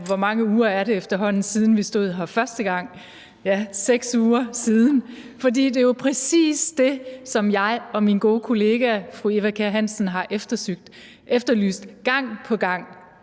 hvor mange uger er det efterhånden siden, vi stod her første gang? – ja, 6 uger siden, for det er jo præcis det, som jeg og mine gode kollega fru Eva Kjer Hansen har efterlyst gang på gang,